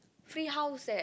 free house leh